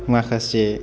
माखासे